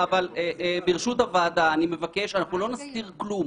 ברשות הוועדה, אני מבקש, אנחנו לא נסתיר כלום.